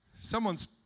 Someone's